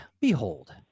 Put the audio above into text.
Behold